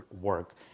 work